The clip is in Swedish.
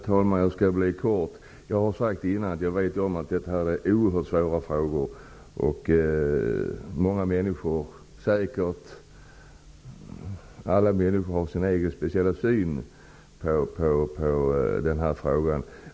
Herr talman! Jag skall hålla mig kort. Jag har tidigare sagt att jag vet om att detta är oerhört svåra frågor. Många människor, säkert alla människor, har sin egen speciella syn på detta.